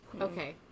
okay